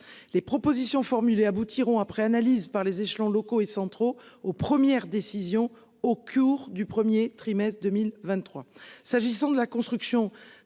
Les propositions formulées aboutiront après analyse par les échelons locaux et centraux aux premières décisions au cours du 1er trimestre 2023 s'agissant de la construction